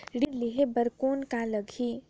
ऋण लेहे बर कौन का लगही?